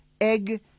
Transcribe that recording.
egg